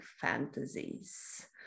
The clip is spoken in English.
fantasies